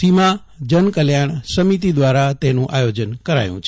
સીમા જનકલ્યાણ સમિતિ દ્વારા તેનું આયોજન કરાયું છે